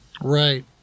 Right